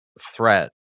threat